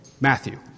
Matthew